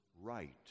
right